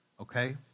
okay